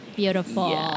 beautiful